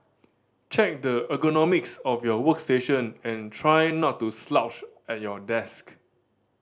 check the ergonomics of your workstation and try not to slouch at your desk